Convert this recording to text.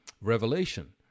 Revelation